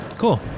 Cool